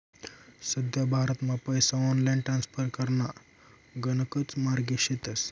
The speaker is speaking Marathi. सध्या भारतमा पैसा ऑनलाईन ट्रान्स्फर कराना गणकच मार्गे शेतस